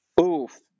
Oof